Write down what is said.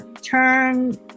turn